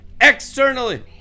externally